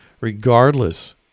regardless